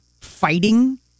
fighting